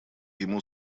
ему